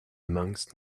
amongst